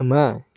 ꯑꯃ